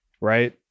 right